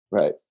Right